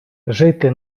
жити